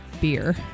beer